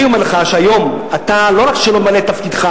אני אומר לך שהיום לא רק שאתה לא ממלא את תפקידך,